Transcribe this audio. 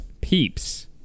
Peeps